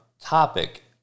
topic